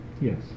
Yes